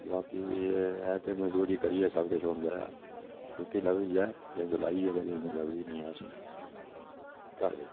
बाकी एह् ऐ कि मजदूरी करियै गै सब कुछ थ्होंदा ऐ रुट्टी लभदी ऐ जिंद लाइयै गै इं'या असेंगी लभदी निं ऐ चल